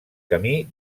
camí